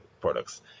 products